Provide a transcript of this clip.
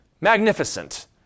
magnificent